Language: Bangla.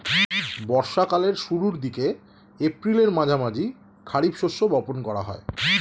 বর্ষা কালের শুরুর দিকে, এপ্রিল আর মের মাঝামাঝি খারিফ শস্য বপন করা হয়